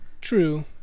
True